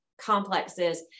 complexes